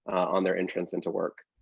on their entrance into work.